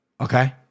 Okay